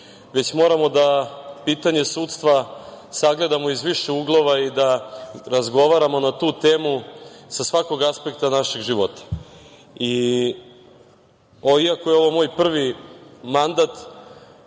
već moramo da pitanje sudstva sagledamo iz više uglova i da razgovaramo na tu temu sa svakog aspekta našeg života. Iako je ovo moj prvi mandat